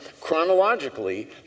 chronologically